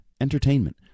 entertainment